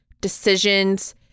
decisions